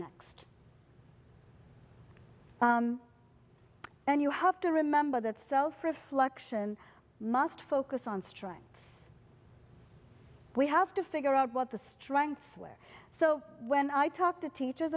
next and you have to remember that self reflection must focus on strike we have to figure out what the strengths where so when i talk to teachers